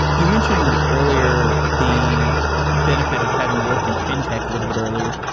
you mentioned earlier the benefit of having worked in fintech a little bit earlier.